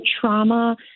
trauma